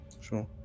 Sure